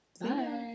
Bye